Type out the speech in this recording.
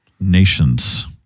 nations